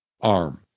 arm